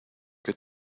que